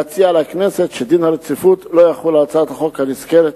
להציע לכנסת שדין הרציפות לא יחול על הצעת החוק הנזכרת.